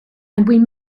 and